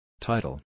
Title